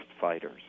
fighters